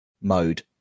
Mode